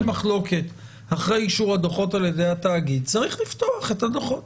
מחלוקת אחרי אישור הדוחות על-ידי התאגיד צריך לפתוח את הדוחות.